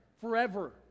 Forever